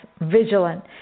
vigilant